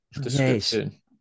description